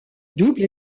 double